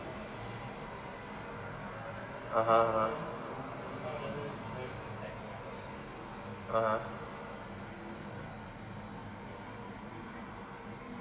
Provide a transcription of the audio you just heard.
(uh huh) (uh huh) (uh huh)